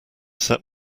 set